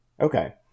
okay